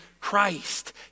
Christ